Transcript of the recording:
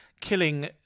killing